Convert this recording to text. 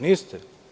Niste.